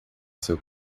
seu